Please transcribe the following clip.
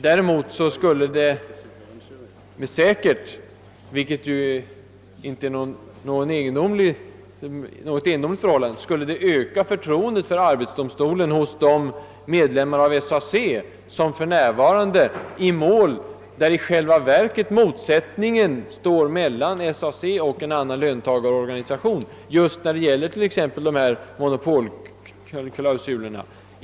Däremot skulle det säkert — och det är ju inte alls egendomligt — öka förtroendet för arbetsdomstolen hos de medlemmar av SAC som nu beröres i mål där motsättningarna i själva verket finns mellan SAC och annan löntagarorganisation, d.v.s. i mål rörande monopolklausulerna.